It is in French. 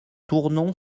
tournon